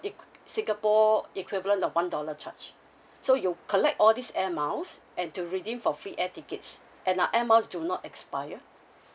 eq~ singapore equivalent of one dollar charge so you collect all these air miles and to redeem for free air tickets and our air miles do not expire